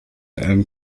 elm